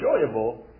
enjoyable